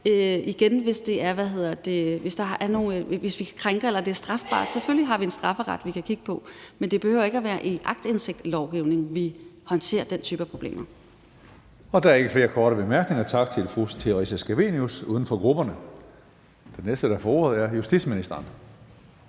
steder. Hvis man krænker nogen eller der er noget strafbart, har vi selvfølgelig en strafferet, vi kan kigge på, men det behøver ikke at være i aktindsigtslovgivningen, at vi håndterer den type af problemer.